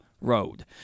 road